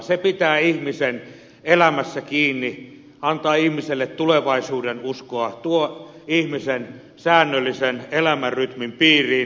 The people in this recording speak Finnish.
se pitää ihmisen elämässä kiinni antaa ihmiselle tulevaisuuden uskoa tuo ihmisen säännöllisen elämänrytmin piiriin